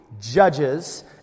judges